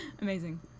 Amazing